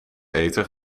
eten